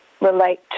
relate